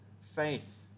faith